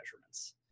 measurements